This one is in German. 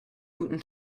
guten